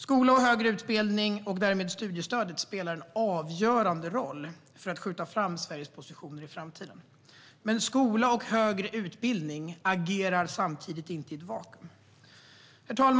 Skola och högre utbildning - och därmed studiestödet - spelar en avgörande roll för att skjuta fram Sveriges positioner i framtiden, men skola och högre utbildning agerar samtidigt inte i ett vakuum. Herr talman!